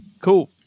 cool